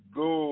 go